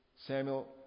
Samuel